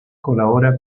colabora